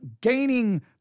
gaining